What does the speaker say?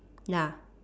ya